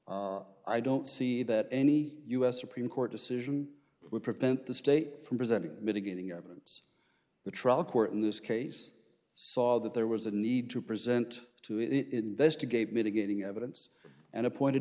present i don't see that any us supreme court decision would prevent the state from presenting mitigating evidence the trial court in this case saw that there was a need to present to it investigate mitigating evidence and appointed